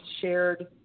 shared